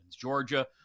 Georgia